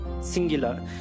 singular